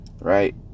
right